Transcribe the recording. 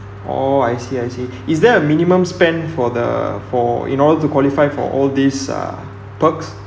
orh I see I see is there a minimum spend for the for you know to qualify for all these uh perks